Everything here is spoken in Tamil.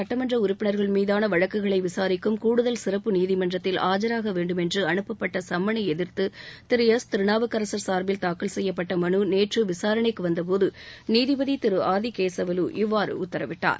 சட்டமன்ற உறுப்பினர்கள் மீதான வழக்குகளை விசாரிக்கும் கூடுதல் சிறப்பு நீதிமன்றத்தில் ஆஜராக வேண்டும் என்று அனுப்பப்பட்ட சம்மனை எதிந்து திரு எஸ் திருநாவுக்கரன் சா்பில் தாக்கல் செய்யப்பட்ட மனு நேற்று விசாரணைக்கு வந்தபோது நீதிபதி திரு ஆதிகேசவலு இவ்வாறு உத்தரவிட்டார்